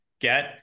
get